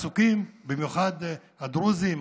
במיוחד הדרוזים,